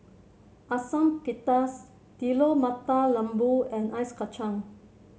Asam Pedas Telur Mata Lembu and Ice Kachang